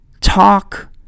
talk